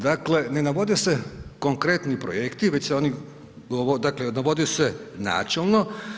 Dakle, ne navode se konkretni projekti, već se oni dakle, navode se načelno.